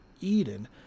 Eden